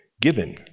given